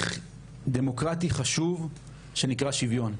ערך דמוקרטי חשוב שנקרא שוויון,